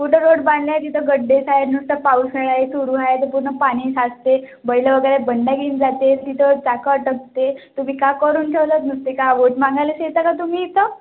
कुठं रोड बांधले तिथं खड्डेच आहे नुसतं पावसाळ्यात थोडं आहे तर पूर्ण पाणी साचते बैलं वगैरे बंडा घेऊन जाते तिथं चाकं अडकते तुम्ही का करून ठेवलं आहेत नुसते का वोट मागायलाच येता का तुम्ही इथं